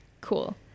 cool